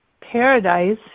Paradise